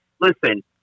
listen